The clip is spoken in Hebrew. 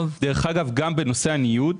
דרך אגב, גם בנושא הניוד.